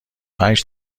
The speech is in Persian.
پنج